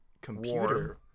computer